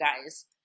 guys